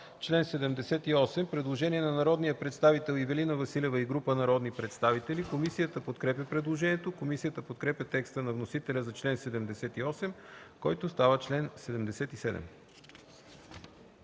чл. 78 – предложение на Ивелина Василева и група народни представители. Комисията подкрепя предложението. Комисията подкрепя текста на вносителя за чл. 78, който става чл. 77.